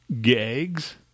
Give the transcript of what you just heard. Gags